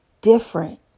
different